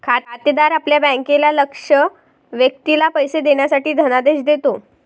खातेदार आपल्या बँकेला लक्ष्य व्यक्तीला पैसे देण्यासाठी धनादेश देतो